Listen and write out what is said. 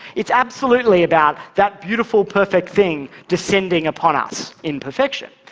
it's absolutely about that beautiful, perfect thing descending upon us in perfection.